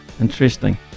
Interesting